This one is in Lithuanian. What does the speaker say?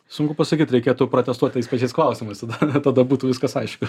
sunku pasakyti reikėtų protestuot tais pačiais klausimais tada tada būtų viskas aišku